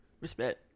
respect